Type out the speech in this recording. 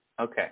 Okay